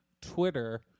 Twitter